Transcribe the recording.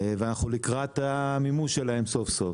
ואנחנו לקראת המימוש שלהם סוף סוף.